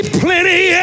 plenty